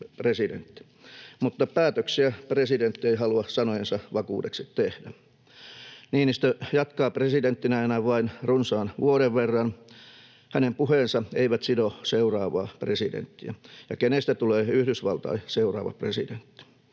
Mutta päätöksiä presidentti ei halua sanojensa vakuudeksi tehdä. Niinistö jatkaa presidenttinä enää vain runsaan vuoden verran — hänen puheensa eivät sido seuraavaa presidenttiä. Ja kenestä tulee Yhdysvaltain seuraava presidentti?